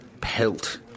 pelt